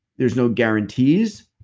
there's no guarantees.